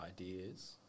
ideas